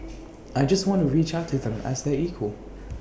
I just want to reach out to them as their equal